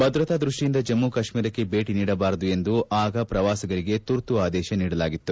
ಭದ್ರತಾ ದ್ರಷ್ಟಿಯಿಂದ ಜಮ್ಮ ಕಾಶ್ಮೀರಕ್ಷೆ ಭೇಟಿ ನೀಡಬಾರದು ಎಂದು ಆಗ ಪ್ರವಾಸಿಗರಿಗೆ ಪುರ್ತು ಆದೇಶ ನೀಡಲಾಗಿತ್ತು